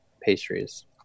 pastries